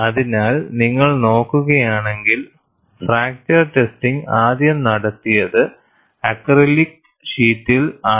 അതിനാൽ നിങ്ങൾ നോക്കുകയാണെങ്കിൽ ഫാക്ചർ ടെസ്റ്റിംഗ് ആദ്യം നടത്തിയത് അക്രിലിക് ഷീറ്റിൽ ആണ്